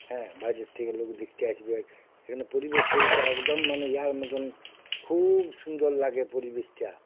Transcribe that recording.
হ্যাঁ বাইরের থেকে লোক দেখতে আসবে সেখানে পরিবেশ পরিচয় একদম মানে ইয়ার মতোন খুব সুন্দর লাগে পরিবেশটা